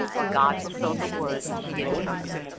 while god fulfilled the words he had spoken.